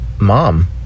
mom